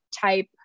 type